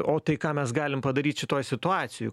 o tai ką mes galim padaryt šitoj situacijoj